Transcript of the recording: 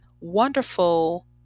wonderful